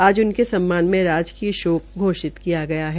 आज उनके सम्मान में राजकीय शोक घोषित किया गया है